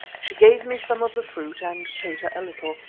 she gave me some of the fruit and tota a little,